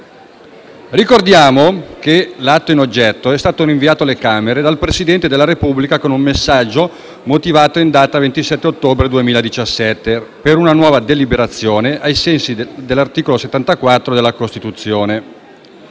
Ricordiamo che l'atto in oggetto è stato rinviato alle Camere dal Presidente della Repubblica, con un messaggio motivato in data 27 ottobre 2017, per una nuova deliberazione, ai sensi dell'articolo 74 della Costituzione.